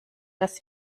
das